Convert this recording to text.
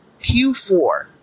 Q4